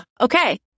Okay